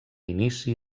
inici